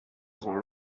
grands